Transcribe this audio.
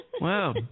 Wow